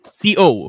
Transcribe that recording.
co